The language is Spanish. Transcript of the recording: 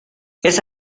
ese